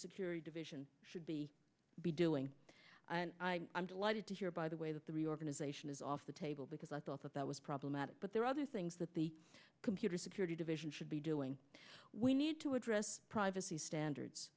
security division should be be doing delighted to hear by the way that the reorganization is off the table because i thought that that was problematic but there are other things that the computer security division should be doing we need to address privacy standards